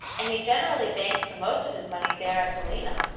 and he generally banks the most of his money there at galena,